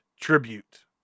tribute